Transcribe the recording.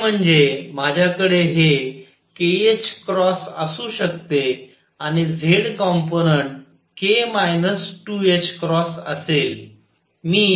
तिसरे म्हणजे माझ्याकडे हे kℏ असू शकते आणि z कंपोनंन्ट k 2 असेल